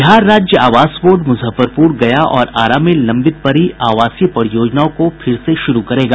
बिहार राज्य आवास बोर्ड मुजफ्फरपुर गया और आरा में लंबित पड़ी आवासीय परियोजनाओं को फिर से शुरू करेगा